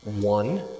One